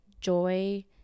joy